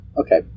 Okay